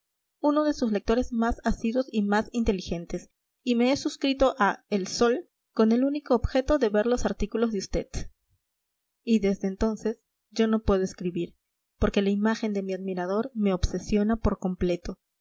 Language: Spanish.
hombre magnífico uno de sus lectores más asiduos y más inteligentes y me he suscrito a el sol con el único objeto de ver los artículos de usted y desde entonces yo no puedo escribir porque la imagen de mi admirador me obsesiona por completo